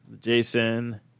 Jason